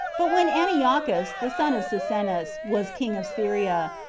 but when antiochus, the son of cyzicenus, was king of syria,